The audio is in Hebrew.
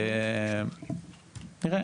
נראה,